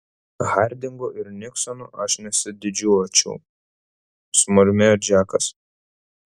hardingu ir niksonu aš nesididžiuočiau sumurmėjo džekas